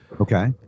okay